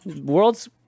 world's